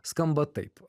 skamba taip